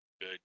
good